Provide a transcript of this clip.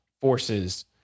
forces